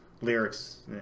lyrics